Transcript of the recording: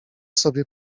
sobie